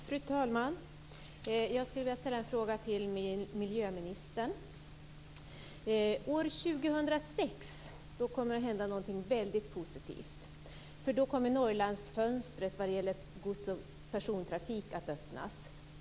Fru talman! Jag vill ställa en fråga till miljöministern. År 2006 kommer det att hända någonting väldigt positivt. Då kommer Norrlandsfönstret när det gäller gods och persontrafik att öppnas.